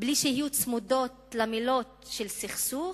שיהיו צמודים למלים סכסוך,